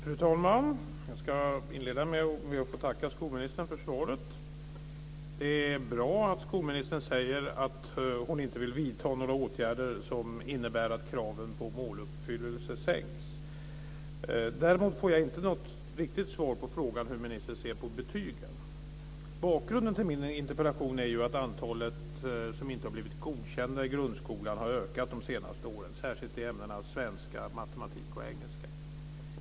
Fru talman! Jag ska inleda med att tacka skolministern för svaret. Det är bra att skolministern säger att hon inte vill vidta några åtgärder som innebär att kraven på måluppfyllelse sänks. Däremot får jag inte något riktigt svar på frågan hur ministern ser på betygen. Bakgrunden till min interpellation är att antalet som inte har blivit godkända i grundskolan har ökat de senaste åren, särskilt i ämnena svenska, matematik och engelska.